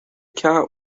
cat